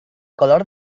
color